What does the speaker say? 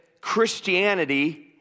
Christianity